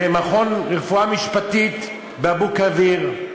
למכון לרפואה משפטית באבו-כביר,